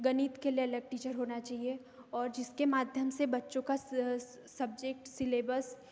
गणित के लिए अलग टीचर होना चाहिए और जिसके माध्यम से बच्चों का स सब्जेक्ट सिलेबस